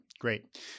Great